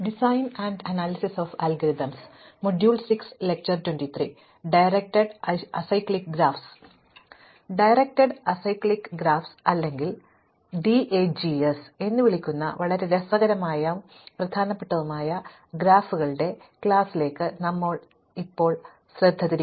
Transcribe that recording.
directed acyclic ഗ്രാഫുകൾ അല്ലെങ്കിൽ ഡിഎജികൾ എന്ന് വിളിക്കുന്ന വളരെ രസകരവും പ്രധാനപ്പെട്ടതുമായ ഗ്രാഫുകളുടെ ക്ലാസിലേക്ക് ഞങ്ങൾ ഇപ്പോൾ ശ്രദ്ധ തിരിക്കുന്നു